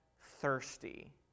thirsty